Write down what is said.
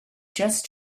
just